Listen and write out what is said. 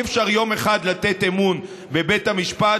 אי-אפשר יום אחד לתת אמון בבית המשפט